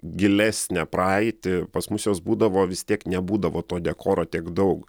gilesnę praeitį pas mus jos būdavo vis tiek nebūdavo to dekoro tiek daug